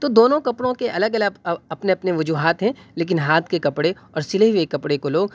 تو دونوں کپڑ وں کے الگ الگ اپنے اپنے وجوہات ہیں لیکن ہاتھ کے کپڑے اور سلے ہوئے کپڑے کو لوگ